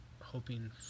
hoping